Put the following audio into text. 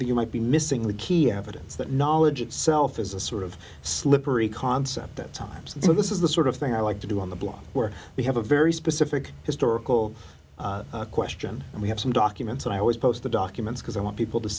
you might be missing the key evidence that knowledge itself is a sort of slippery concept that time so this is the sort of thing i like to do on the block where we have a very specific historical question and we have some documents and i always post the documents because i want people to